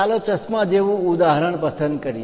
ચાલો ચશ્મા જેવુ ઉદાહરણ પસંદ કરીએ